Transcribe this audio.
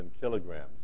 kilograms